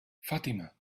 fatima